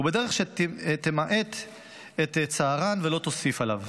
ובדרך שתמעט את צערן ולא תוסיף עליו.